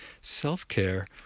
self-care